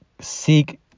seek